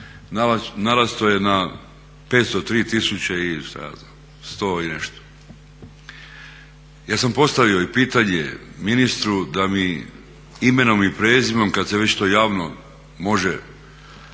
narastao je na 503 tisuće i šta ja znam sto i nešto. Ja sam postavio i pitanje ministru da mi imenom i prezimenom kad se već to javno može